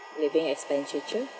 living expenditure